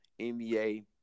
NBA